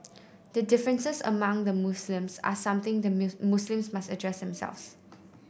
the differences among the Muslims are something the Muslims must address themselves